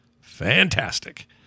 fantastic